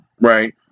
Right